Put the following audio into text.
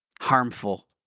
harmful